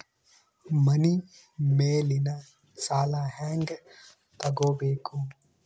ಮನಿ ಮೇಲಿನ ಸಾಲ ಹ್ಯಾಂಗ್ ತಗೋಬೇಕು?